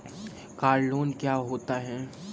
Car loan क्या होता है?